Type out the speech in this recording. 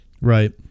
right